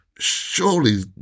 surely